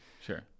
sure